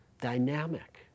dynamic